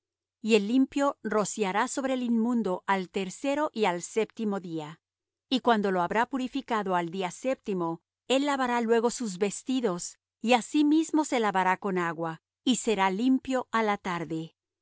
y el limpio rociará sobre el inmundo al tercero y al séptimo día y cuando lo habrá purificado al día séptimo él lavará luego sus vestidos y á sí mismo se lavará con agua y será limpio á la tarde